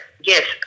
yes